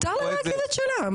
מותר לה להגיד את שלה.